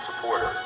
supporter